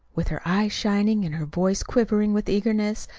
with her eyes shining, and her voice quivering with eagerness,